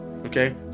Okay